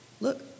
look